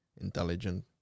intelligent